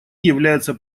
является